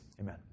Amen